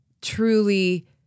truly